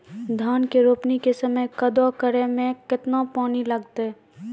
धान के रोपणी के समय कदौ करै मे केतना पानी लागतै?